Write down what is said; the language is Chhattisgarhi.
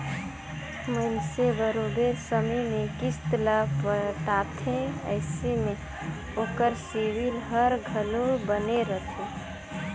मइनसे बरोबेर समे में किस्त ल पटाथे अइसे में ओकर सिविल हर घलो बने रहथे